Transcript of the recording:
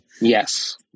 yes